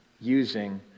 using